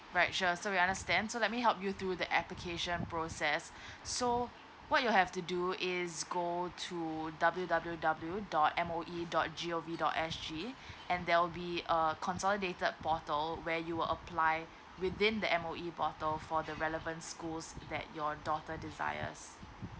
right sure so we understand so let me help you through the application process so what you have to do is go to W W W dot M O E dot G O V dot S G and there will be a consolidated portal where you will apply within the M_O_E portal for the relevant schools that your daughter desires